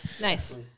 Nice